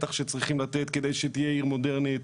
ושטח שצריכים לתת כדי שתהיה עיר מודרנית.